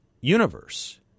universe